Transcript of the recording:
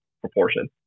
proportion